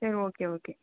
சரி okay okay